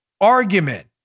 argument